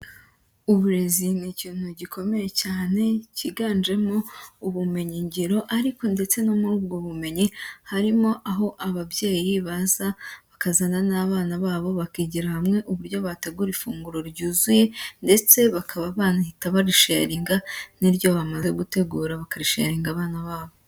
Uburezi ni ikintu gikomeye cyane kiganjemo ubumenyingiro, ariko ndetse no muri ubwo bumenyi harimo aho ababyeyi baza bakazana n'abana babo, bakigira hamwe uburyo bategura ifunguro ryuzuye, ndetse bakaba banahita barisheyaringa, n'iryo bamaze gutegura bakarisheyaringa abana babo.